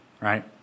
right